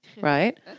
right